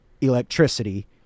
electricity